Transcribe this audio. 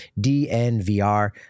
DNVR